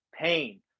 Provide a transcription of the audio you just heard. pain